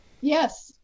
Yes